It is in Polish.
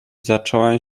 zacząłem